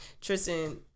Tristan